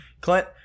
Clint